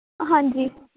ਹਾਂਜੀ